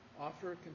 offer